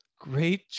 great